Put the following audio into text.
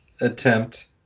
attempt